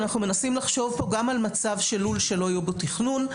אנחנו מנסים לחשוב כאן גם על מצב של לול שלא היה בו תכנון.